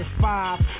five